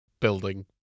building